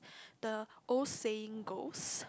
the old saying goes